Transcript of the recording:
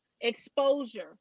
exposure